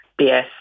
BS